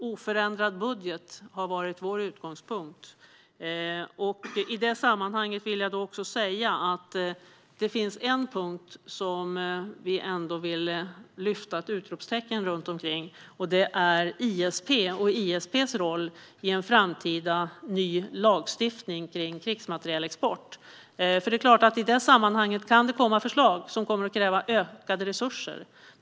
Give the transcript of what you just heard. Oförändrad budget har varit vår utgångspunkt, och i det sammanhanget vill jag också säga att det finns en punkt som vi ändå vill sätta ett utropstecken för: ISP och ISP:s roll i en framtida ny lagstiftning kring krigsmaterielexport. Det är klart att det i detta sammanhang kan komma förslag som kräver ökade resurser.